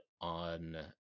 on